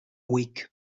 week